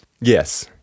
Yes